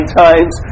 times